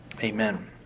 Amen